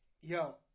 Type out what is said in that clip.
Yo